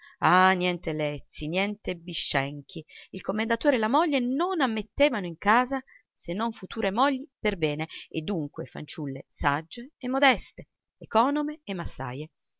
ah niente lezii niente bischenchi il commendatore e la moglie non ammettevano in casa se non future mogli per bene e dunque fanciulle sagge e modeste econome e massaje